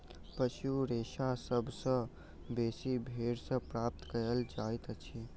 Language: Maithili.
पशु रेशा सभ सॅ बेसी भेंड़ सॅ प्राप्त कयल जाइतअछि